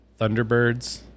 Thunderbirds